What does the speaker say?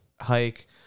hike